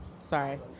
sorry